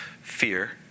fear